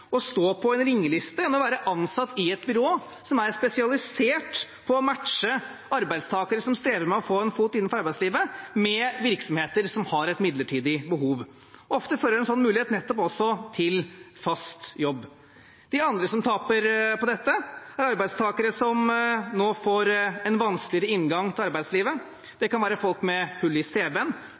å stå på en ringeliste enn å være ansatt i et byrå som har spesialisert seg på å matche arbeidstakere som strever med å få en fot innenfor arbeidslivet, med virksomheter som har et midlertidig behov. Ofte fører en sånn mulighet til nettopp fast jobb. De andre som taper på dette, er arbeidstakere som nå får en vanskeligere inngang til arbeidslivet. Det kan være folk med hull i